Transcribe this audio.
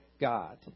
God